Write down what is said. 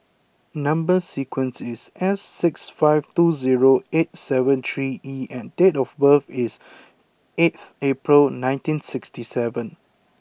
number sequence is S six five two zero eight seven three E and date of birth is eight April nineteen sixty seven